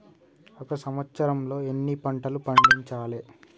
ఒక సంవత్సరంలో ఎన్ని పంటలు పండించాలే?